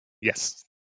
yes